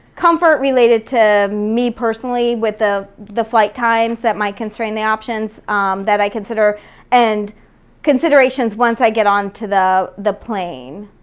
comfort related to me personally with the the flight times that might constrain the options that i consider and considerations once i get onto the the plane.